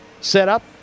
setup